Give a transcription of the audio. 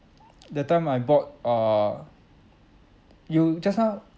that time I bought err you just now